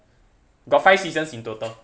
got five seasons in total